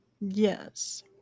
Yes